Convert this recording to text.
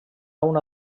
una